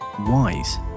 wise